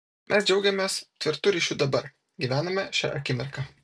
mes džiaugiamės tvirtu ryšiu dabar gyvename šia akimirka